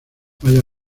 haya